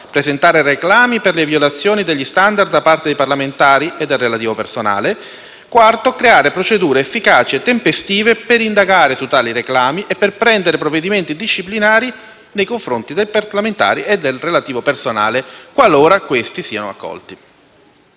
presentare reclami per le violazioni degli *standard* da parte dei parlamentari e del relativo personale; creare procedure efficaci e tempestive per indagare su tali reclami e per prendere provvedimenti disciplinari nei confronti dei parlamentari e del relativo personale qualora essi siano accolti».